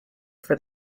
for